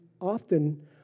often